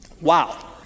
Wow